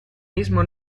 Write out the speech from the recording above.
mismo